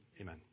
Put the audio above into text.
Amen